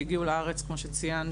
שהגיעו לארץ כמו שציינת,